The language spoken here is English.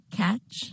catch